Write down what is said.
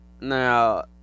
now